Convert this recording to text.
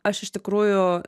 aš iš tikrųjų